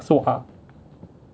so hard